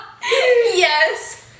Yes